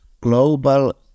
global